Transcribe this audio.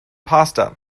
pasta